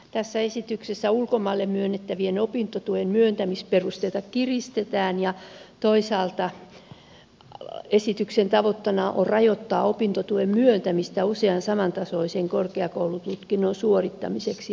tässä esityksessä ulkomaille myönnettävien opintotukien myöntämisperusteita kiristetään ja toisaalta esityksen tavoitteena on rajoittaa opintotuen myöntämistä usean samantasoisen korkeakoulututkinnon suorittamiseksi